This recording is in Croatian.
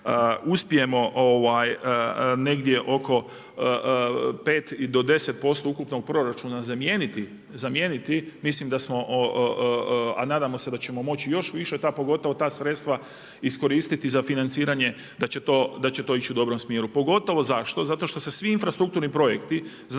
uspijemo negdje oko 5 i do 10% ukupnog proračuna zamijeniti mislim da smo a nadamo se da ćemo moći još više, ta pogotovo ta sredstva iskoristiti za financiranje da će to ići u dobrom smjeru. Pogotovo zašto? Zato što se svi infrastrukturni projekti, znamo